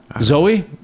Zoe